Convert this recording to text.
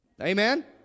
Amen